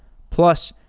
plus,